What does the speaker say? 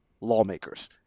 lawmakers